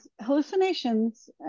hallucinations